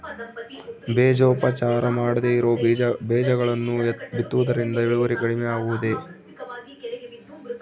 ಬೇಜೋಪಚಾರ ಮಾಡದೇ ಇರೋ ಬೇಜಗಳನ್ನು ಬಿತ್ತುವುದರಿಂದ ಇಳುವರಿ ಕಡಿಮೆ ಆಗುವುದೇ?